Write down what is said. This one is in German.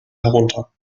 herunter